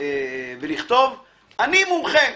ולכתוב "אני מומחה",